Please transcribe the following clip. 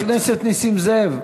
המוניטרית, חבר הכנסת נסים זאב,